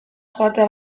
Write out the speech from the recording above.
joatea